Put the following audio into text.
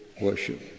worship